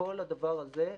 כל הדבר הזה,